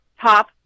top